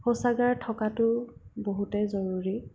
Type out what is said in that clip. শৌচাগাৰ থকাটো বহুতেই জৰুৰী